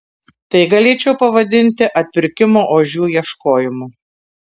tai galėčiau pavadinti atpirkimo ožių ieškojimu